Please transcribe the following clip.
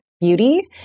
beauty